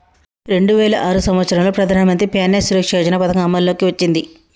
రెండు వేల ఆరు సంవత్సరంలో ప్రధానమంత్రి ప్యాన్య సురక్ష యోజన పథకం అమల్లోకి వచ్చింది